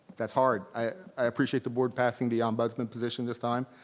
that's hard. i appreciate the board passing the ombudsman position this time,